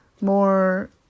more